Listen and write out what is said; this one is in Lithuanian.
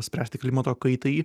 spręsti klimato kaitai